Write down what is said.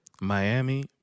Miami